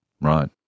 Right